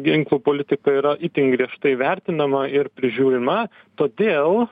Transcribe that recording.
ginklų politika yra itin griežtai vertinama ir prižiūrima todėl